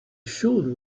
should